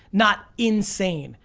not insane.